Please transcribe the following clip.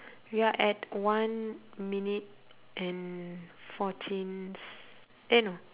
we're at one minute and fourteen s~ eh no